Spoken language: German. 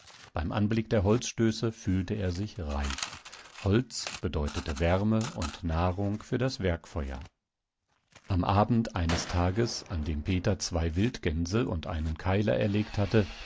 beim anblick der holzstöße fühlte er sich reich holz bedeutete wärme und nahrung für das werkfeuer am abend eines tages an dem peter zwei wildgänse und einen keiler erlegt hatte